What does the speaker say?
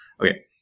Okay